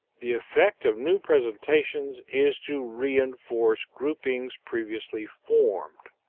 the effect of new presentations is to reinforce groupings previously formed.